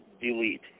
delete